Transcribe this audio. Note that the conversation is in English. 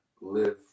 live